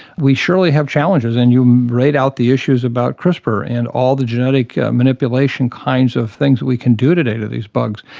we surely have challenges. and you write out the issues about crispr and all the genetic manipulation kinds of things we can do today to these bugs.